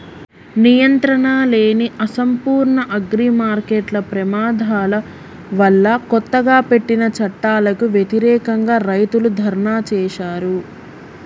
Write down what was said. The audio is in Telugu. నియంత్రణలేని, అసంపూర్ణ అగ్రిమార్కెట్ల ప్రమాదాల వల్లకొత్తగా పెట్టిన చట్టాలకు వ్యతిరేకంగా, రైతులు ధర్నా చేశారు